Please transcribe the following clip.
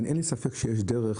ואין לי ספק שיש דרך,